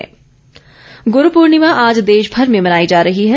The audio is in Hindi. गुरू पूर्णिमा गुरू पूर्णिमा आज देशभर में मनाई जा रही है